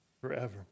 forever